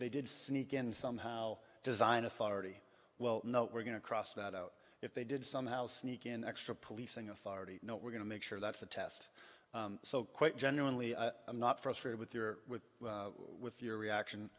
they did sneak in somehow design authority well no we're going to cross that out if they did somehow sneak in extra policing authority know we're going to make sure that's the test so quite genuinely i'm not frustrated with your with your reaction